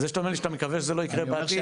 זה שאתה אומר לי שאתה מקווה שזה לא ייקרה בעתיד,